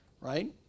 right